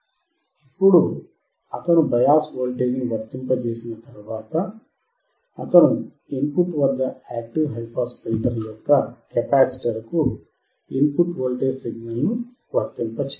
ఇప్పుడు అతను బయాస్ వోల్టేజ్ను వర్తింపజేసిన తర్వాత అతను ఇన్ పుట్ వద్ద యాక్టివ్ హైపాస్ ఫిల్టర్ యొక్క కెపాసిటర్కు ఇన్పుట్ వోల్టేజ్ సిగ్నల్ను వర్తింపజేయాలి